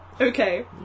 okay